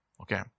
Okay